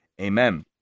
amen